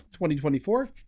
2024